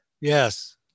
Yes